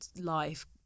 life